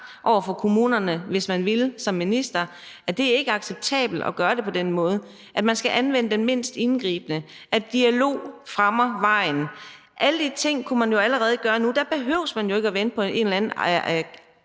over for kommunerne – hvis man ville som minister – at det ikke er acceptabelt at gøre det på den måde, og at man skal anvende den mindst indgribende metode, og at dialog baner vejen. Alle de ting kunne man jo allerede gøre nu. Der behøver man jo ikke at vente på en eller anden